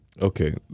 Okay